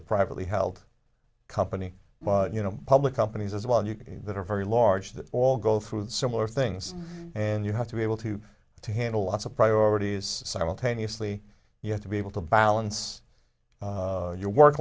a privately held company but you know public companies as well you know that are very large that all go through similar things and you have to be able to to handle lots of priorities simultaneously you have to be able to balance your work